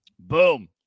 Boom